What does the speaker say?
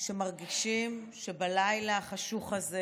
במדינת ישראל שמרגישים שבלילה החשוך הזה